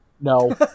No